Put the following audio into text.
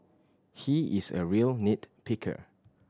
he is a real nit picker